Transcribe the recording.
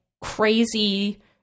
crazy